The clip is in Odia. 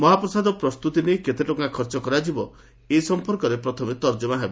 ମହାପ୍ରସାଦ ପ୍ରସ୍ତୁତି ନେଇ କେତେ ଟଙ୍କା ଖର୍ଚ କରାଯିବ ସେ ସଂପର୍କରେ ପ୍ରଥମେ ତର୍କମା ହେବ